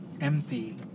empty